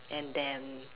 and then